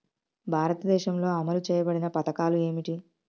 భారతదేశంలో అమలు చేయబడిన పథకాలు ఏమిటి?